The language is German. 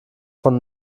von